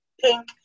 pink